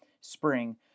spring